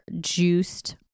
juiced